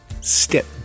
step